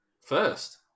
First